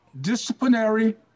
disciplinary